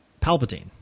Palpatine